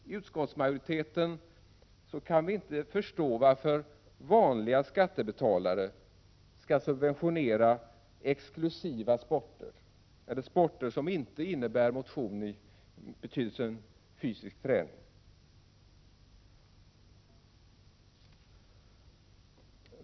Men utskottsmajoriteten kan inte förstå varför vanliga skattebetalare skall subventionera exklusiva sporter eller sporter som inte innebär motion i betydelsen fysisk träning.